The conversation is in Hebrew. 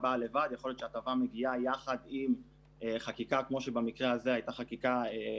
אני לא הבנתי למה המבקר חושב שלא גבינו